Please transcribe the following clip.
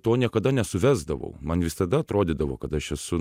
to niekada nesuvesdavau man visada atrodydavo kad aš esu